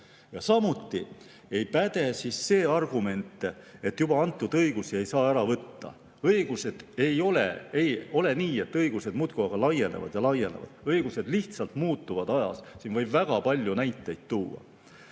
Samuti ei päde see argument, et juba antud õigusi ei saa ära võtta. Ei ole nii, et õigused muudkui aga laienevad ja laienevad. Õigused lihtsalt muutuvad ajas. Selle kohta võib väga palju näiteid tuua.